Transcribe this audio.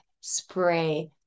spray